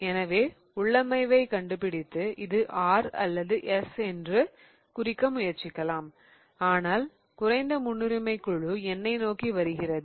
எனவே உள்ளமைவைக் கண்டுபிடித்து இது R அல்லது S என்று குறிக்க முயற்சிக்கலாம் ஆனால் குறைந்த முன்னுரிமைக் குழு என்னை நோக்கி வருகிறது